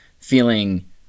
feeling